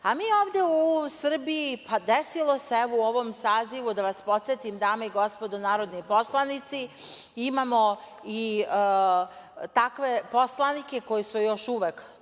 a mi ovde u Srbiji, pa desilo se, evo u ovom Sazivu, da vas podsetim dame i gospodo narodni poslanici, imamo i takve poslanike koji su još uvek